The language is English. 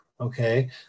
Okay